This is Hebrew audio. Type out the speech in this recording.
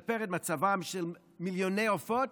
ולשפר את מצבם של מיליוני עופות